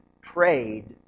prayed